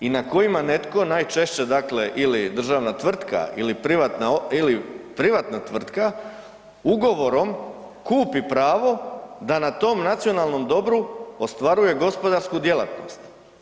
I na kojima netko, najčešće, dakle ili državna tvrtka ili privatna tvrtka ugovorom kupi pravo da na tom nacionalnom dobru ostvaruje gospodarsku djelatnost.